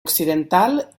occidental